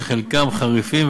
חלקם חריפים,